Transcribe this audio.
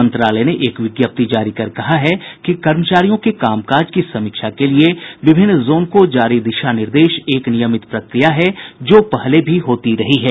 मंत्रालय ने एक विज्ञप्ति जारी कर कहा है कि कर्मचारियों के कामकाज की समीक्षा के लिए विभिन्न जोन को जारी दिशा निर्देश एक नियमित प्रक्रिया है जो पहले भी होती रही है